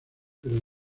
pero